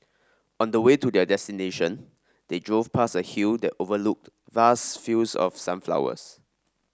on the way to their destination they drove past a hill that overlooked vast fields of sunflowers